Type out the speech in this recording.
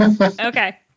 Okay